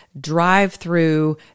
drive-through